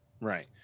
Right